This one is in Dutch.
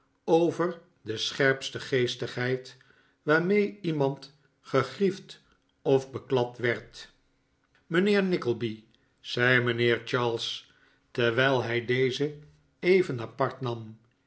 over de scherpste geestigheid waarmee iemand gegriefd of beklad werd mijnheer nickleby zei mijnheer charles terwijl hij dezen even apart nam